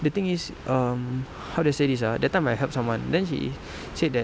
the thing is um how to say this ah that time I help someone then he said that